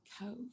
Cove